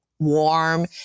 warm